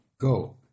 Go